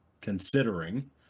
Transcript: considering